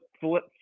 flip